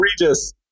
Regis